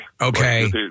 Okay